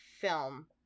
film